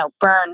burn